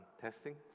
Testing